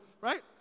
right